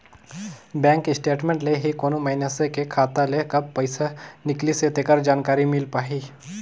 bank statement ले ही कोनो मइनसे के खाता ले कब पइसा निकलिसे तेखर जानकारी मिल पाही